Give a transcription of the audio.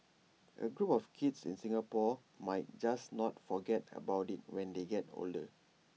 A group of kids in Singapore might just not forget about IT when they get older